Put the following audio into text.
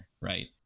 right